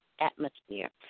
atmosphere